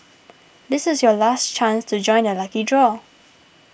this is your last chance to join the lucky draw